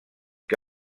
que